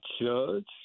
judge